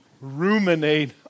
ruminate